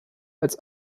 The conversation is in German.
als